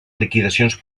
liquidacions